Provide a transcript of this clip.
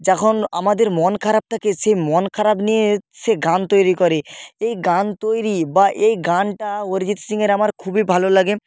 যখন আমাদের মন খারাপ থাকে সেই মন খারাপ নিয়ে সে গান তৈরি করে এই গান তৈরি বা এই গানটা অরিজিত সিংয়ের আমার খুবই ভালো লাগে